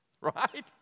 right